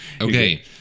Okay